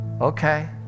Okay